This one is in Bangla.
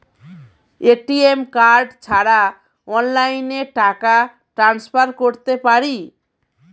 এ.টি.এম কার্ড ছাড়া অনলাইনে টাকা টান্সফার করতে পারি?